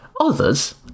Others